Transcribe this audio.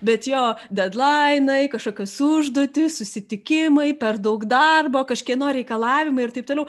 bet jo dedlainai kažkokios užduotys susitikimai per daug darbo kažkieno reikalavimai ir taip toliau